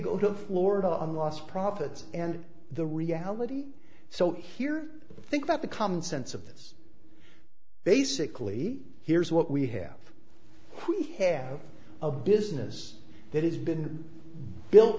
go to florida on lost profits and the reality so here i think that the common sense of this basically here's what we have we have a business that has been built